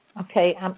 Okay